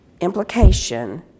Implication